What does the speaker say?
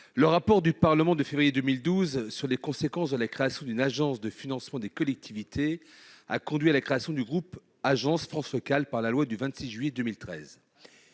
Le rapport au Parlement de février 2012 sur les conséquences de la création d'une agence de financement des collectivités locales a conduit à la création du groupe Agence France locale par la loi du 26 juillet 2013.